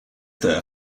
there